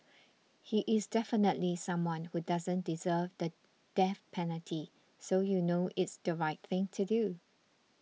he is definitely someone who doesn't deserve the death penalty so you know it's the right thing to do